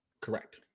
Correct